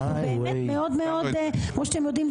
כי אנחנו מאוד מאוד וכמו שאתם יודעים,